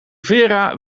vera